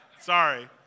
Sorry